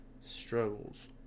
struggles